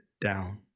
down